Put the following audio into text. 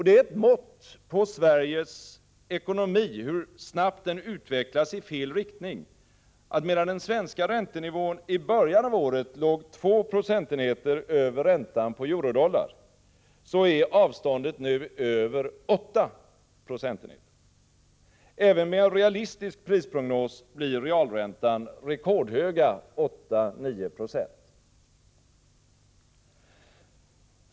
Det är ett mått på hur snabbt Sveriges ekonomi utvecklas i fel riktning, att medan den svenska räntenivån i början av året låg 2 procentenheter över räntan på eurodollar, så är avståndet nu över 8 procentenheter. Även med en realistisk prisprognos blir realräntan rekordhöga 8-9 96.